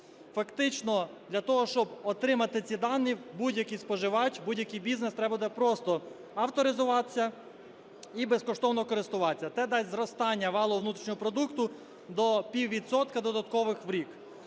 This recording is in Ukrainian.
Фактично для того, щоб отримати ці дані, будь-який споживач, будь-який бізнес - треба буде просто авторизуватися і безкоштовно користуватися. Це дасть зростання валового внутрішнього продукту до піввідсотка додаткових в рік.